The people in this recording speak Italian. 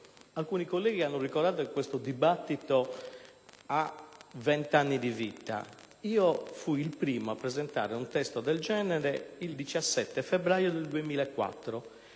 alcuni colleghi hanno ricordato che questo dibattito ha vent'anni di vita: mi giunge nuova; io fui il primo a presentare un testo del genere, il 17 febbraio 2004,